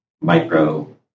micro